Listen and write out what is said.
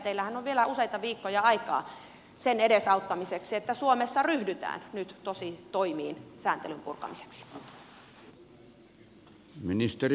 teillähän on vielä useita viikkoja aikaa sen edesauttamiseksi että suomessa ryhdytään nyt tositoimiin sääntelyn purkamiseksi